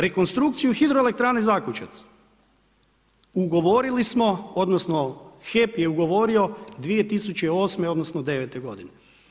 Rekonstrukciju Hidroelektrane Zakučac ugovorili smo, odnosno HEP je ugovorio 2008. odnosno 2009. godine.